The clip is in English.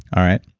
all right?